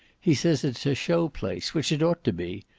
he says it's a show place which it ought to be.